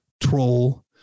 troll